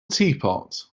teapot